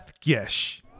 Gish